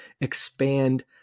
expand